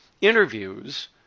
interviews